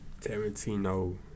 Tarantino